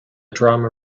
drama